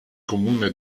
comune